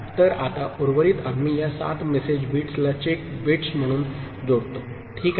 तर आता उर्वरित आम्ही या 7 मेसेज बिट्सला चेक बिट्स म्हणून जोडतो ठीक आहे